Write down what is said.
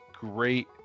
great